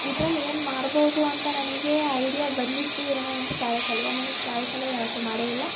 ಇದರಲ್ಲಿ ಏನು ಮಾಡ್ಬೋದು ಅಂತ ನನಗೆ ಐಡಿಯ ಬಂದಿತ್ತು ಏನು ಅಂದರೆ ಕ್ಯಾರೆಟ್ ಹಲ್ವ ನನಗೆ ಕ್ಯಾರೆಟ್ ಹಲ್ವ ಯಾವತ್ತು ಮಾಡೆ ಇಲ್ಲ